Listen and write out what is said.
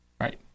right